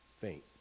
faint